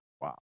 Wow